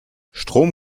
strom